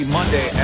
Monday